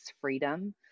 freedom